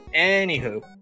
Anywho